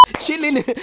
Chilling